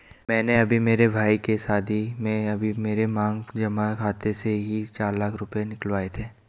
मैंने अभी मेरे भाई के शादी में अभी मेरे मांग जमा खाते से ही चार लाख रुपए निकलवाए थे